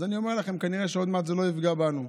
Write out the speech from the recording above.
אז אני אומר לכם, כנראה שעוד מעט זה לא יפגע בנו.